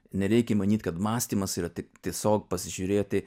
nereikia manyt kad mąstymas yra tik tiesiog pasižiūrėti